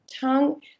tongue